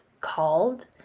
called